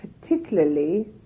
particularly